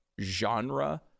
genre